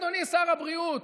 אדוני שר הבריאות,